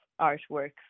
artwork